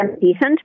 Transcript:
decent